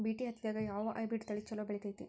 BT ಹತ್ತಿದಾಗ ಯಾವ hybrid ತಳಿ ಛಲೋ ಬೆಳಿತೈತಿ?